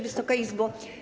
Wysoka Izbo!